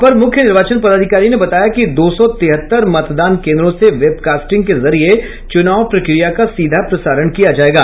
अपर मुख्य निर्वाचन पदाधिकारी ने बताया कि दो सौ तिहत्तर मतदान केंद्रों से वेबकास्टिंग के जरिये चुनाव प्रक्रिया का सीधा प्रसारण किया जायेगा